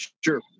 sure